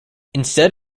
instead